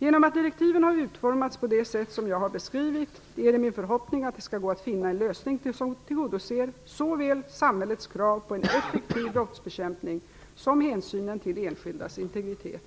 Genom att direktiven har utformats på det sätt som jag har beskrivit är det min förhoppning att det skall gå att finna en lösning som tillgodoser såväl samhällets krav på en effektiv brottsbekämpning som hänsynen till enskildas integritet.